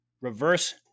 reverse